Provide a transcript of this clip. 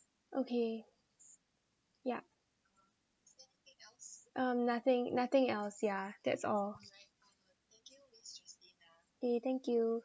okay yup um nothing nothing else yeah that's all K thank you